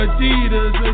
Adidas